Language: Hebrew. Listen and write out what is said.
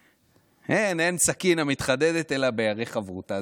אין, אין סכין המתחדדת אלא בירך חברתה.